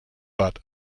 but